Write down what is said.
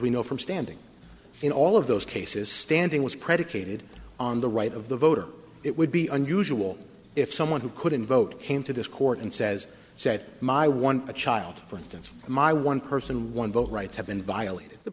we know from standing in all of those cases standing was predicated on the right of the voter it would be unusual if someone who couldn't vote came to this court and says said my one child for instance my one person one vote rights have been violated the